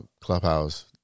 Clubhouse